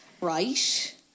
Right